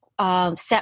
Set